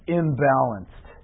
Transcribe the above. imbalanced